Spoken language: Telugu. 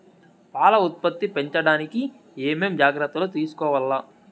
పాల ఉత్పత్తి పెంచడానికి ఏమేం జాగ్రత్తలు తీసుకోవల్ల?